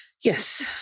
Yes